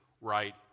right